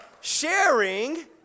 sharing